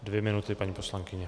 Dvě minuty, paní poslankyně.